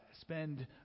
spend